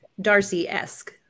Darcy-esque